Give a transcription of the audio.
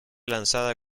lanzada